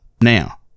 now